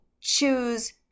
Choose